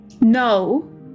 no